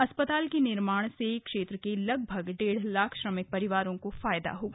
अस्पताल के निर्माण से क्षेत्र के लगभग डेढ़ लाख श्रमिक परिवारों को फायदा होगा